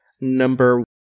number